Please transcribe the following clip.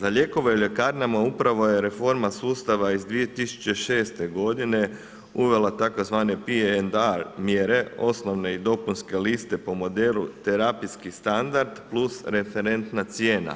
Za lijekove u ljekarnama upravo je reforma sustava iz 2006. godine uvela tzv. P&R mjere, osnovne i dopunske liste po modelu terapijski standard plus referentna cijena